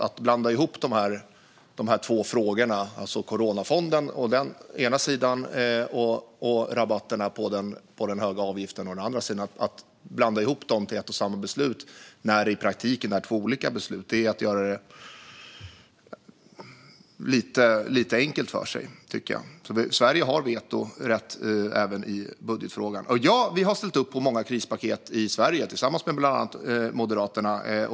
Att blanda ihop dessa båda frågor i ett och samma beslut - coronafonden å ena sidan och avgiftsrabatterna å andra sidan - när det i praktiken handlar om två olika beslut är att göra det lite väl enkelt för sig. Sverige har vetorätt även i budgetfrågan. Ja, vi har ställt upp på många krispaket i Sverige tillsammans med bland andra Moderaterna.